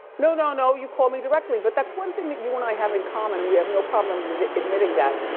no, no, no, you call me directly. but that's one thing that you and i have in common, we have no problem admitting that.